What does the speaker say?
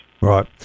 Right